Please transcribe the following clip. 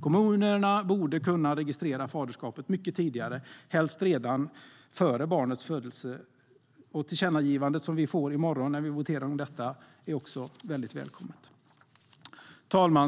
Kommunerna borde kunna registrera faderskapet mycket tidigare, helst redan före barnets födelse. Tillkännagivandet i morgon när vi voterar i frågan är också välkommet. Herr talman!